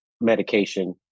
medication